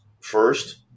First